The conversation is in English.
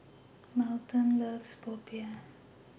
Melton loves Popiah